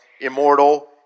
immortal